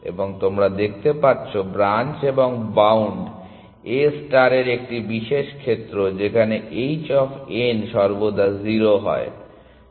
এবং তোমরা দেখতে পাচ্ছ ব্রাঞ্চ এবং বাউন্ড A ষ্টার এর একটি বিশেষ ক্ষেত্র যেখানে h অফ n সর্বদা 0 হয়